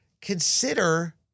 consider